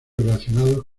relacionados